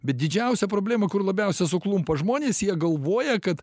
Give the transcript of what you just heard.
bet didžiausia problema kur labiausia suklumpa žmonės jie galvoja kad